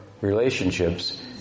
relationships